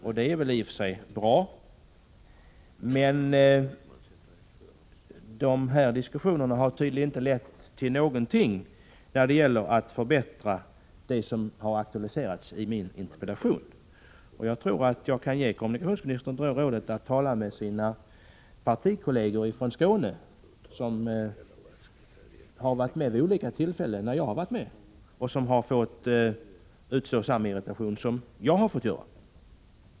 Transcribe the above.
Det är i vice på inrikesoch för sig bra, men dessa diskussioner har tydligen inte lett till några flyget förbättringar av de förhållanden som aktualiserats i min interpellation. Jag skulle vilja ge kommunikationsministern rådet att tala med sina partikolleger från Skåne, som har varit med vid samma tillfällen som jag och fått utstå samma irritation som jag har fått utstå.